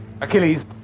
Achilles